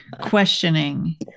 questioning